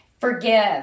Forgive